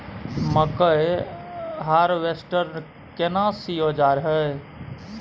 मकई हारवेस्टर केना सी औजार हय?